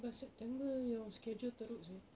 but september your schedule teruk seh